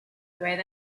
wait